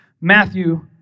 Matthew